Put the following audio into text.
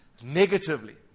negatively